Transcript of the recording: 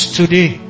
today